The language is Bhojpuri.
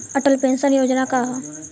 अटल पेंशन योजना का ह?